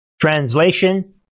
Translation